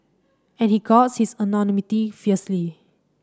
and he guards his anonymity fiercely